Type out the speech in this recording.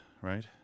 right